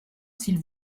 s’il